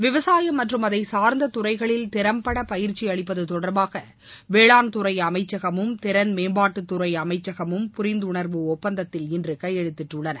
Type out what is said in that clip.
விவசாயம் மற்றும் அதை சார்ந்த துறைகளில் திறம்பட பயிற்சி அளிப்பது தொடர்பாக வேளாண் துறை அமைச்சகமும் திறன் மேம்பாட்டு துறை அமைச்சகமும் புரிந்துணா்வு ஒப்பந்தத்தில் இன்று கையெழுத்திட்டுள்ளன